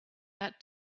that